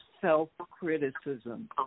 self-criticism